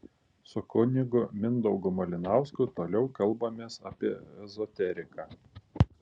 su kunigu mindaugu malinausku toliau kalbamės apie ezoteriką